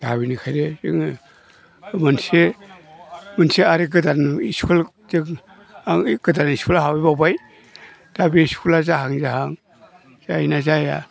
दा बिनिखायनो जोङो मोनसे मोनसे आरो गोदान इस्कुल जों आं गोदान इस्कुलाव हाबहैबावबाय दा बे इस्कुलाव जाहां जाहां जायोना जाया